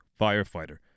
firefighter